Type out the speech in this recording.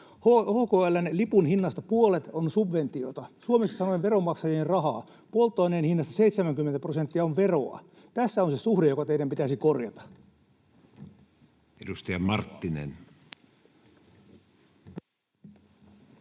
HKL:n lipunhinnasta puolet on subventiota, suomeksi sanoen veronmaksajien rahaa. Polttoaineen hinnasta 70 prosenttia on veroa. Tässä on se suhde, joka teidän pitäisi korjata. Edustaja Marttinen.